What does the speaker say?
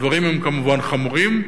הדברים הם כמובן חמורים,